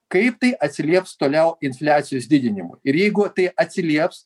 kaip tai atsilieps toliau infliacijos didinimu ir jeigu tai atsilieps